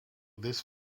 this